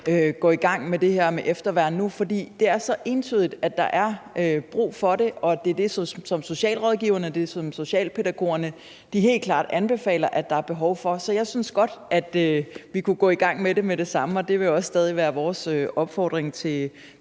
det her med efterværn nu. For det er så entydigt, at der er brug for det, og at det er det, som socialrådgiverne og socialpædagogerne helt klart anbefaler, at der er behov for. Så jeg synes godt, at vi kunne gå i gang med det med det samme, og det vil også stadig være vores opfordring til